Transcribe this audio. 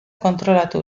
kontrolatu